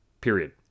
Period